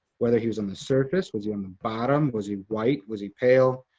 whether he was on the surface, was he on the bottom, was he white, was he pale?